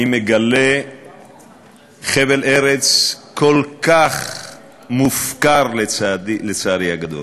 אני מגלה חבל ארץ כל כך מופקר, לצערי הגדול.